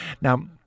Now